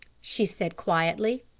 she said quietly.